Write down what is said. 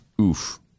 Oof